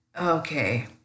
okay